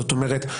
זאת אומרת,